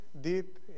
deep